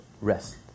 rest